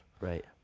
right